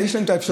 יש להם האפשרות,